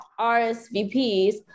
rsvps